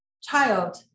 child